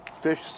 fish